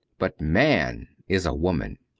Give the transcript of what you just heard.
but man is a woman.